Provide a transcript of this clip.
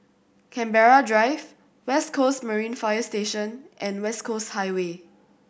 Canberra Drive West Coast Marine Fire Station and West Coast Highway